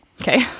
Okay